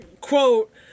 quote